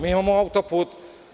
Mi imamo auto-put.